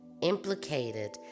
implicated